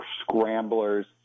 scramblers